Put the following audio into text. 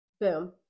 boom